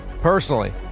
personally